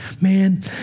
Man